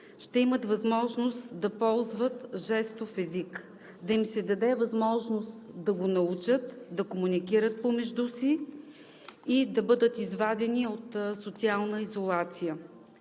ще имат възможност да ползват жестов език, да им се даде възможност да го научат, да комуникират помежду си и да бъдат извадени от социална изолация.